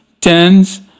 tens